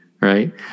right